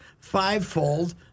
fivefold